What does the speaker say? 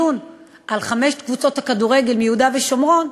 והצלחנו למנוע את הדיון על חמש קבוצות הכדורגל מיהודה ושומרון,